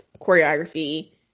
choreography